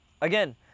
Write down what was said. Again